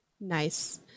Nice